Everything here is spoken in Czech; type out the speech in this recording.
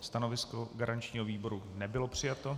Stanovisko garančního výboru nebylo přijato.